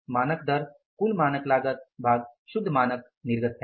मानक दर कुल मानक लागत भाग शुद्ध मानक निर्गत है